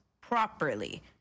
properly